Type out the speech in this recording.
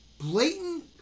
blatant